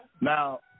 Now